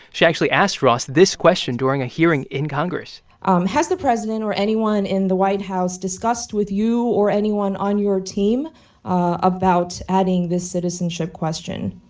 she actually asked ross this question during a hearing in congress has the president or anyone in the white house discussed with you or anyone on your team about adding this citizenship question?